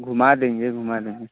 घुमा देंगे घुमा देंगे